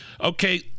Okay